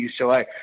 UCLA